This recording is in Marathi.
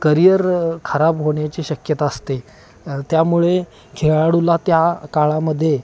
करियर खराब होण्याची शक्यता असते त्यामुळे खेळाडूला त्या काळामध्ये